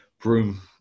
Broom